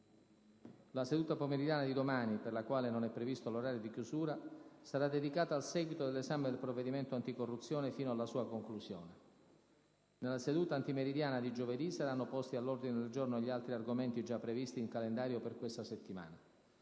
La seduta pomeridiana di domani, per la quale non è previsto l'orario di chiusura, sarà dedicata al seguito dell'esame del provvedimento anticorruzione fino alla sua conclusione. Nella seduta antimeridiana di giovedì saranno posti all'ordine del giorno gli altri argomenti già previsti in calendario per questa settimana.